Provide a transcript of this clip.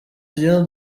tugenda